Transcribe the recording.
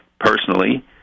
personally